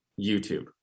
YouTube